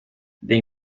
they